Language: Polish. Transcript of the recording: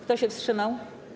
Kto się wstrzymał?